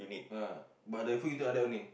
ah but the food intake lke that only